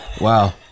Wow